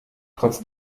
trotz